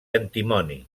antimoni